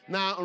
Now